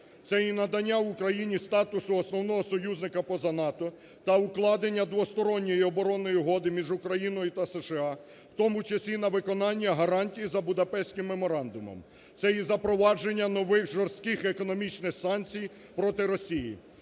Це і надання Україні статусу основного союзника поза НАТО та укладення двосторонньої оборонної угоди між Україною та США, в тому числі на виконання гарантій за Будапештським меморандумом. Це і запровадження нових жорстких економічних санкцій проти Росії.